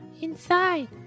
inside